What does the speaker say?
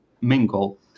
mingle